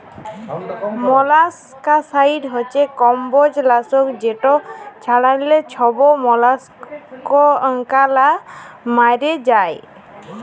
molluscicide হছে কমবজ লাসক যেট ছড়াল্যে ছব মলাসকালা ম্যইরে যায়